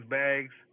bags